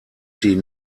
sie